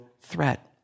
threat